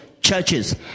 Churches